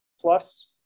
plus